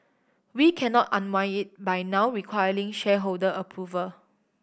we cannot unwind it by now requiring shareholder approval